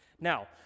Now